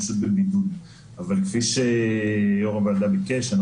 אני בבידוד אבל כפי שיו"ר הוועדה ביקש,